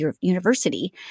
University